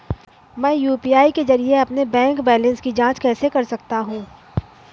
मैं यू.पी.आई के जरिए अपने बैंक बैलेंस की जाँच कैसे कर सकता हूँ?